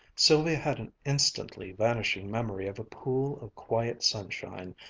sylvia had an instantly vanishing memory of a pool of quiet sunshine,